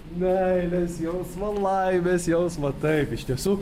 meilės jausmą laimės jausmą taip iš tiesų